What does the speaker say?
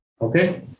Okay